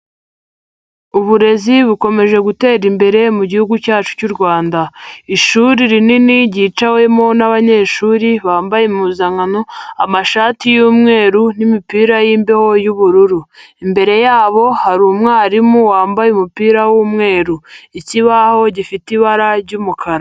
Uburezi bukomeje gutera imbere mu gihugu cyacu cy'u Rwanda, ishuri rinini ryicawemo n'abanyeshuri bambaye impuzankano amashati y'umweru n'imipira y'imbeho y'ubururu, imbere yabo hari umwarimu wambaye umupira w'umweru, ikibaho gifite ibara ry'umukara.